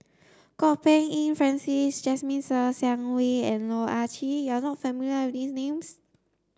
Kwok Peng Kin Francis Jasmine Ser Xiang Wei and Loh Ah Chee you are not familiar with these names